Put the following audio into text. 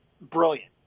Brilliant